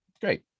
great